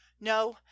no